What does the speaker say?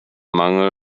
mangel